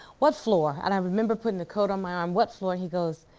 what floor? and i remember putting the coat on my arm, what floor? he goes,